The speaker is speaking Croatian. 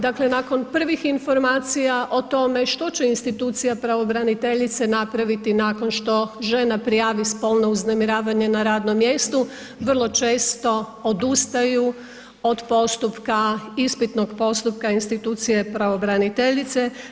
Dakle, nakon prvih informacija o tome što će institucija pravobraniteljice napraviti nakon što žena prijavi spolno uznemiravanje na radnom mjestu, vrlo često odustaju od postupka ispitnog postupka institucije pravobraniteljice.